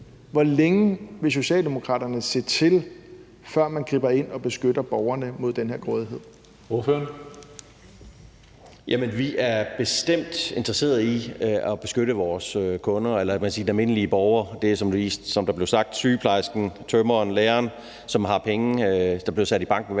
Hvor længe vil Socialdemokraterne se til, før man griber ind og beskytter borgerne mod den her grådighed?